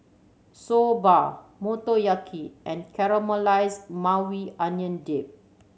Soba Motoyaki and Caramelized Maui Onion Dip